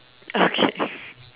okay